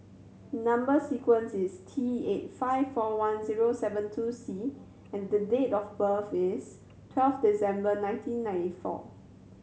number sequence is T eight five four one zero seven two C and the date of birth is twelve December nineteen ninety four